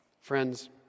Friends